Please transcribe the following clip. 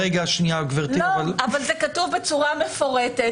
גברתי -- לא, אבל זה כתוב בצורה מפורטת.